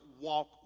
walk